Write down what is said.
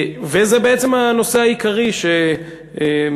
זה בעצם הנושא העיקרי שמפלג,